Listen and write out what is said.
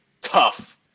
Tough